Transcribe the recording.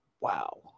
Wow